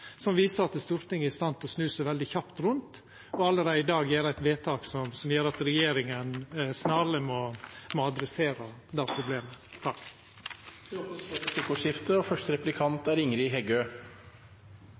viser at Stortinget er i stand til å snu seg veldig kjapt rundt og allereie i dag gjera eit vedtak som gjer at regjeringa snarleg må ta tak i det problemet.